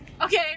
Okay